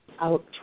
out